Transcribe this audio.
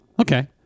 okay